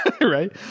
Right